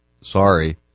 Sorry